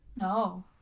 No